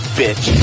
bitch